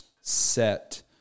set